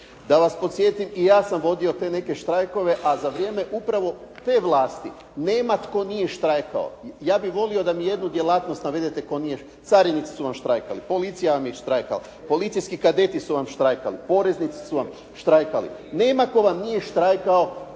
Da vas podsjetim, i ja sam vodio te neke štrajkove a za vrijeme upravo te vlasti nema tko nije štrajkao. Ja bih volio da mi jednu djelatnost navedete tko nije štrajkao. Carinici su vam štrajkali, policija vam je štrajkala, policijski kadeti su vam štrajkali, poreznici su vam štrajkali. Nema tko vam nije štrajkao